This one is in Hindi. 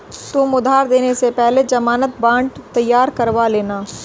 तुम उधार देने से पहले ज़मानत बॉन्ड तैयार करवा लेना